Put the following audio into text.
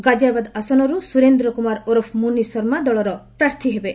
ଗାଜିଆବାଦ ଆସନରୁ ସୁରେନ୍ଦ୍ର କୁମାର ଓରଫ ମୁନି ଶର୍ମା ଦଳର ପ୍ରାର୍ଥୀ ହେବେ